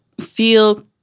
feel